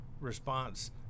response